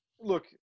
Look